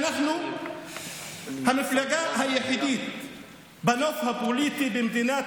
אנחנו המפלגה היחידה בנוף הפוליטי במדינת